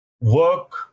work